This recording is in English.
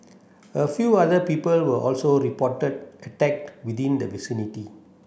a few other people were also reported attacked within the vicinity